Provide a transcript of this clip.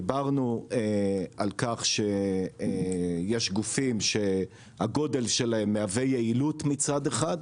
דיברנו על כך שיש גופים שהגודל שלהם מהווה יעילות מצד אחד,